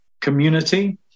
community